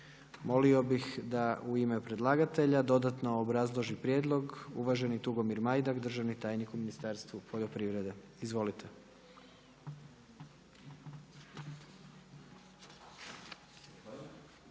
Molio bih da u ime predlagatelja dodatno obrazloži prijedlog. Uvaženi Tugomir Majdak, državni tajnik u Ministarstvu poljoprivrede. Izvolite.